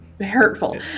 hurtful